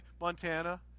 Montana